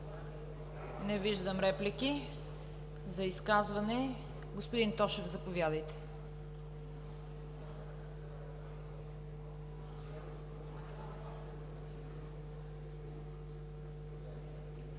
Не виждам реплики. За изказване – господин Тошев, заповядайте.